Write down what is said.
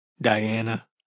Diana